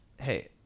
Hey